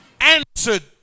answered